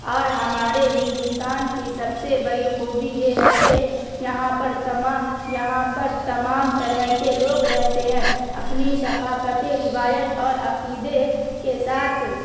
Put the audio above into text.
اور ہمارے ہندوستان کی سب سے بڑی خوبی یہ ہے کہ یہاں پر تما یہاں پر تمام طرح کے لوگ رہتے ہیں اپنی ثقافتی روایت اور عقیدے کے ساتھ